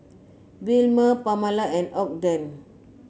Wilmer Pamala and Ogden